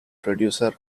producer